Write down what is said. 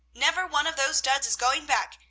never one of those duds is going back,